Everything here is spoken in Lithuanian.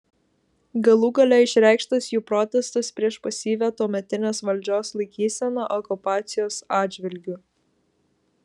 galų gale išreikštas jų protestas prieš pasyvią tuometinės valdžios laikyseną okupacijos atžvilgiu